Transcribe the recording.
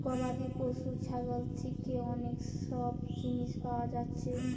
গবাদি পশু ছাগল থিকে অনেক সব জিনিস পায়া যাচ্ছে